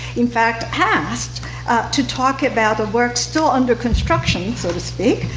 in fact, asked to talk about the work still under construction so to speak,